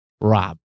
Rob